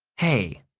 hey,